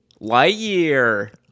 Lightyear